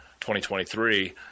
2023